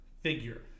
figure